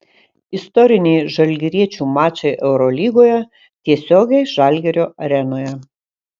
istoriniai žalgiriečių mačai eurolygoje tiesiogiai žalgirio arenoje